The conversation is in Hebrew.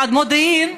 מודיעין,